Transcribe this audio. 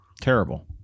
Terrible